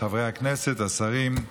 חברי הכנסת, השרים,